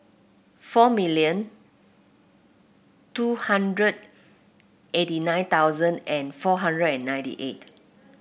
four million two hundred eighty nine thousand and four hundred and ninety eight